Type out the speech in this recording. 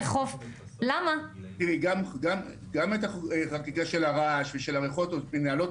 גם את החקיקה של הרעש והריחות מנהלות